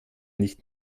nicht